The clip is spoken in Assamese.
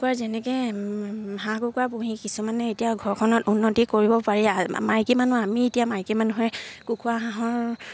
কুকুৰাৰ যেনেকে হাঁহ কুকুৰা পুহি কিছুমানে এতিয়া ঘৰখনত উন্নতি কৰিব পাৰি মাইকী মানুহ আমি এতিয়া মাইকী মানুহে কুকুৰা হাঁহৰ